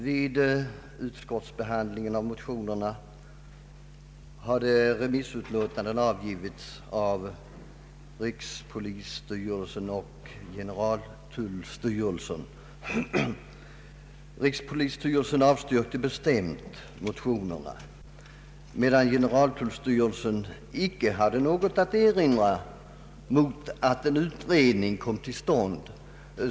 Före utskottsbehandlingen av motionerna hade remissutlåtanden avgivits av rikspolisstyrelsen och generaltullstyrelsen. Rikspolisstyrelsen avstyrkte bestämt motionerna, medan generaltullstyrelsen icke hade något att erinra mot att en utredning kom till stånd.